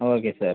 okay sir